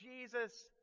Jesus